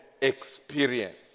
experience